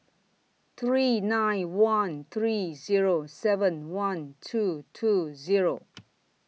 three nine one three Zero seven one two two Zero